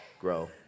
grow